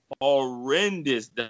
horrendous